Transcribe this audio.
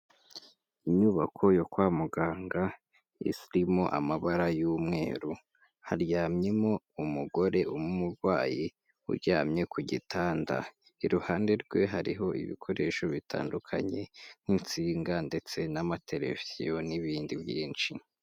Inyubako yo kwa muganga irimo amabara y'umweru, haryamyemo umugore w'umurwayi uryamye ku gitanda, iruhande rwe hariho ibikoresho bitandukanye nk'insinga ndetse n'amateleviziyo n'ibindi byinshi.